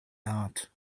not